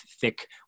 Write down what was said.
thick